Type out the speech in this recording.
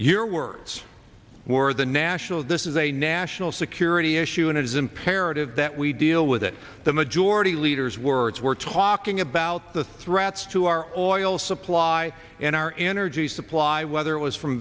your words were the national this is a national security issue and it is imperative that we deal with it the majority leader's words were talking about the threats to our oil supply and our energy supply whether it was from